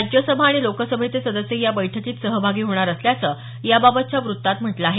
राज्यसभा आणि लोकसभेचे सदस्यही या बैठकीत सहभागी होणार असल्याचं याबाबतच्या वृत्तात म्हटलं आहे